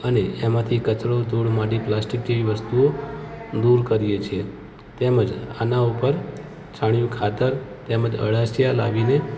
અને એમાંથી કચરો ધૂળ માટી પ્લાસ્ટિક જેવી વસ્તુઓ દૂર કરીએ છીએ તેમજ આના ઉપર છાણીયું ખાતર તેમજ અળસિયા લાવીને